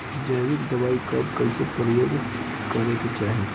जैविक दवाई कब कैसे प्रयोग करे के चाही?